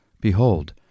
Behold